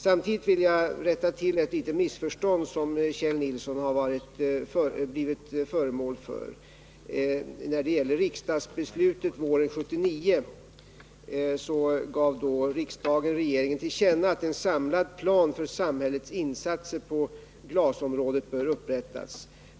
Samtidigt vill jag rätta till ett litet missförstånd som Kjell Nilsson råkat ut för när det gäller riksdagsbeslutet våren 1979. Riksdagen gav då regeringen som sin mening ill känna att en samlad plan för samhällets insatser på glasområdet bör upprättas.